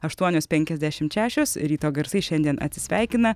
aštuonios penkiasdešimt šešios ryto garsai šiandien atsisveikina